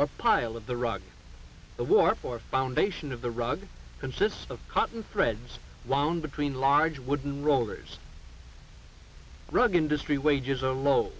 or pile of the rug the war for foundation of the rug consists of cotton threads wound between large wooden rollers rug industry wages are low